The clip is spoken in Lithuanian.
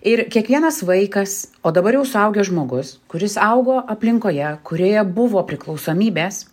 ir kiekvienas vaikas o dabar jau suaugęs žmogus kuris augo aplinkoje kurioje buvo priklausomybės